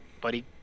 Buddy